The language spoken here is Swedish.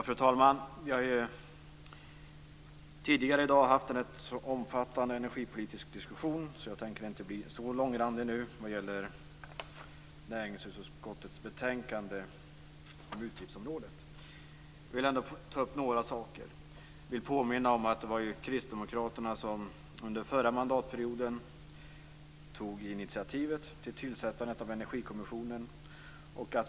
Fru talman! Vi har tidigare i dag fört en rätt omfattande energipolitisk diskussion. Jag tänker därför inte bli så långvarig nu när det gäller näringsutskottets betänkande om utgiftsområde 21. Jag vill ändå ta upp några saker. Jag vill t.ex. påminna om att det var Kristdemokraterna som under förra mandatperioden tog initiativet till tillsättandet av Energikommissionen.